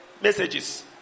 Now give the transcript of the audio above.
messages